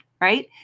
right